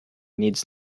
needs